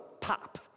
pop